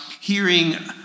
hearing